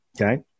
Okay